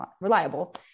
reliable